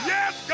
Yes